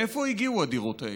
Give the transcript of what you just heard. מאיפה הגיעו הדירות האלה?